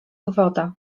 woda